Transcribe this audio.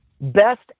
best